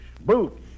boots